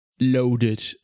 loaded